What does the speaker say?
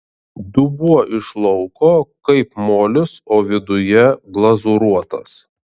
dubuo iš lauko kaip molis o viduje glazūruotas